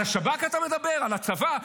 על השב"כ אתה מדבר, על הצבא?